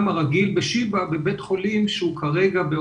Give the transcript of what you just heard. הרגילה של